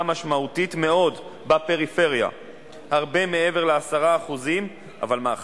הציעה הממשלה הסדר אחר לעניין מנפיק בעל